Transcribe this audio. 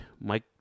Mike